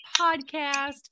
podcast